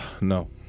No